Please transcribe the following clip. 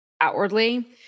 outwardly